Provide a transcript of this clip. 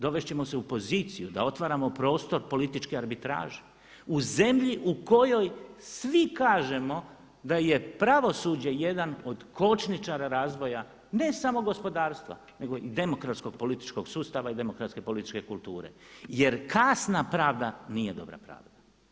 Dovest ćemo se u poziciju da otvaramo prostor političke arbitraže u zemlji u kojoj svi kažemo da je pravosuđe jedan od kočničara razvoja ne samo gospodarstva nego i demokratskog političkog sustava i demokratske političke kulture jer kasna pravda nije dobra pravda.